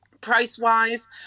Price-wise